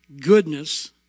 goodness